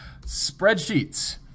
Spreadsheets